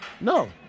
no